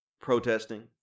protesting